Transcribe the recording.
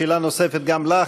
שאלה נוספת גם לך,